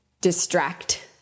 distract